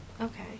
Okay